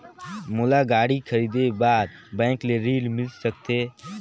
मोला गाड़ी खरीदे बार बैंक ले ऋण मिल सकथे?